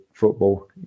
football